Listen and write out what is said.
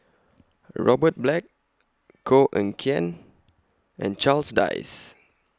Robert Black Koh Eng Kian and Charles Dyce